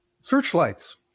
Searchlights